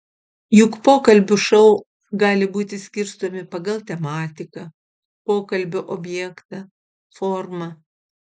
juk pokalbių šou gali būti skirstomi pagal tematiką pokalbio objektą formą